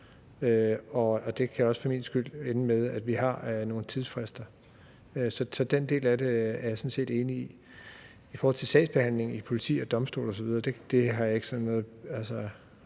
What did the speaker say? også godt ende med, at vi får nogle tidsfrister. Så den del af det er jeg sådan set enig i. I forhold til sagsbehandlingen hos politi og domstole